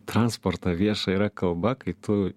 transportą viešąjį yra kalba kai tu